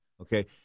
okay